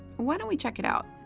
why don't we check it out?